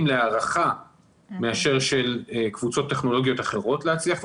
להערכה מאשר של קבוצות טכנולוגיות אחרות להצליח,